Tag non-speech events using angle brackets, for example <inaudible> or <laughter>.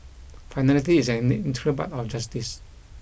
finality is an <unintelligible> integral part of justice